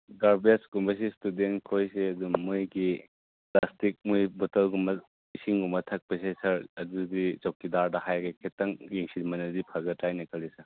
ꯒꯥꯔꯕꯦꯖꯀꯨꯝꯕꯁꯦ ꯏꯁꯇꯨꯗꯦꯟ ꯈꯣꯏꯁꯦ ꯑꯗꯨꯝ ꯃꯣꯏꯒꯤ ꯄ꯭ꯂꯥꯁꯇꯤꯛ ꯃꯣꯏ ꯕꯣꯇꯜꯒꯨꯝꯕ ꯏꯁꯤꯡꯒꯨꯝꯕ ꯊꯛꯄꯁꯦ ꯁꯥꯔ ꯑꯗꯨꯗꯤ ꯆꯧꯀꯤꯗꯥꯔꯗ ꯍꯥꯏꯔ ꯈꯤꯇꯪ ꯌꯦꯡꯁꯤꯟꯕꯅꯗꯤ ꯈꯤꯇꯪ ꯐꯒꯗ꯭ꯔꯥꯅ ꯈꯜꯂꯤ ꯁꯥꯔ